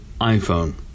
iPhone